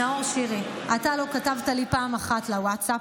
נאור שירי, אתה לא כתבת לי פעם אחת לווטסאפ: